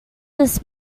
this